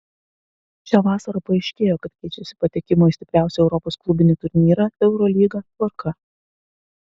šią vasarą paaiškėjo kad keičiasi patekimo į stipriausią europos klubinį turnyrą eurolygą tvarka